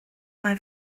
mae